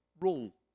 role